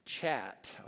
Chat